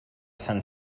sant